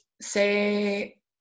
say